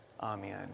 Amen